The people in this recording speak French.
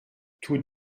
tous